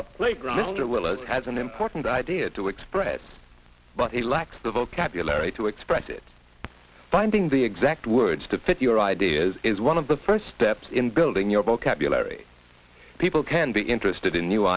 play playground has an important idea to express but he lacks the vocabulary to express it finding the exact words to fit your ideas is one of the first steps in building your vocabulary people can be interested in new